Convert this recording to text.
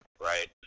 right